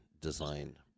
design